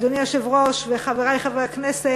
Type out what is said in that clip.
אדוני היושב-ראש וחברי חברי הכנסת,